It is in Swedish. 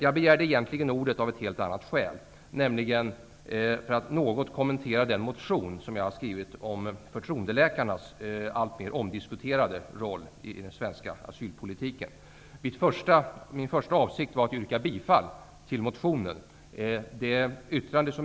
Jag begärde egentligen ordet av ett helt annat skäl, nämligen för att något kommentera den motion som jag har skrivit om förtroendeläkarnas alltmer omdiskuterade roll i den svenska asylpolitiken. Min första avsikt var att yrka bifall till motionen.